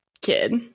kid